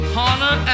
honor